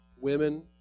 women